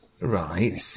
Right